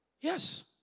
Yes